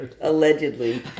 Allegedly